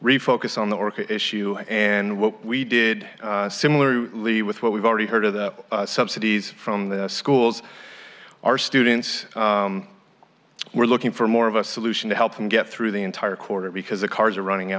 refocus on the worker issue and what we did similar to lee with what we've already heard of the subsidies from the schools our students were looking for more of a solution to help them get through the entire quarter because the cars are running